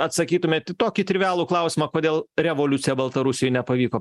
atsakytumėt į tokį trivialų klausimą kodėl revoliucija baltarusijoj nepavyko